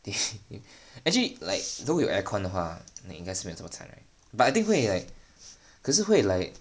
actually like 如果有 aircon 的话那应该是没有这么惨 right but I think 会 like 可是会 like